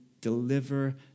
deliver